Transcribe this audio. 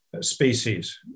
species